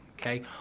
okay